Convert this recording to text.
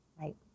Right